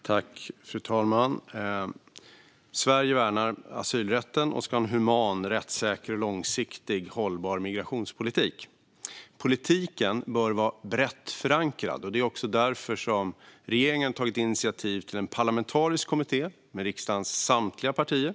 Fru talman! Sverige värnar asylrätten och ska ha en human, rättssäker och långsiktigt hållbar migrationspolitik. Politiken bör vara brett förankrad, och det är också därför regeringen har tagit initiativ till en parlamentarisk kommitté med riksdagens samtliga partier.